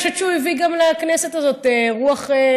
אני גם חושבת שהוא הביא לכנסת הזאת רוח אחרת,